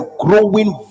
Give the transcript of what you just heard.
growing